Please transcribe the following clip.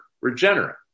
regenerate